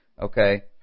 okay